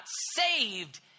saved